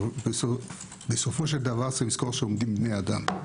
יש לזכור עומדים בני אדם,